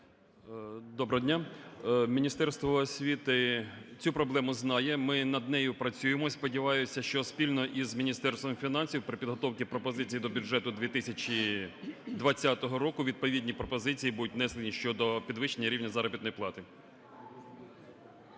Доброго дня! Міністерство освіти цю проблему знає, ми над нею працюємо. І сподіваюся, що спільно із Міністерством фінансів при підготовці пропозицій до бюджету 2020 року відповідні пропозиції будуть внесені щодо підвищення рівня заробітної плати.